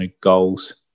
goals